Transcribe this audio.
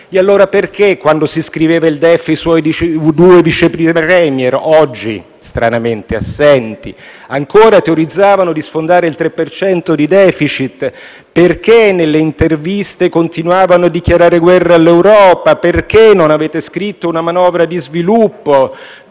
allora quando si scriveva il DEF i suoi due Vice *premier* - oggi stranamente assenti - ancora teorizzavano di sfondare il 3 per cento di *deficit*? Perché nelle interviste continuavano a dichiarare guerra all'Europa? Perché non avete scritto una manovra di sviluppo?